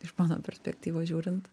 iš mano perspektyvos žiūrint